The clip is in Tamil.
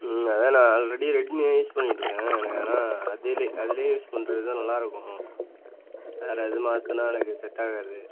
ம் அதான் நான் ஆல்ரெடி ரெட்மி தான் யூஸ் பண்ணிட்டுருக்கேன் எனக்கு ஆனால் அதுலையே அதுலையே யூஸ் பண்ணுறது தான் நல்லாருக்கும் வேறு இது மாற்றுனா எனக்கு செட்டாகாது